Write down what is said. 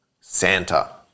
Santa